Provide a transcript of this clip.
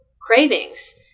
cravings